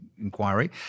inquiry